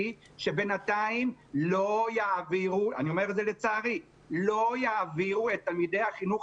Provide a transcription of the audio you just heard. שבינתיים לא יעבירו אני אומר את זה לצערי - את תלמידי החינוך